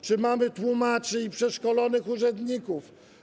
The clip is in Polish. Czy mamy tłumaczy i przeszkolonych urzędników?